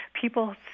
People